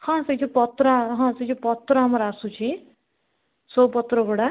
ହଁ ସେ ଯେଉଁ ପତ୍ର ହଁ ସେ ଯେଉଁ ପତ୍ର ଆମର ଆସୁଛି ସୋ ପତ୍ରଗୁଡ଼ା